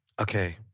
Okay